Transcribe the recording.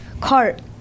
cart